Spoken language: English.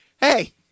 hey